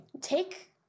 take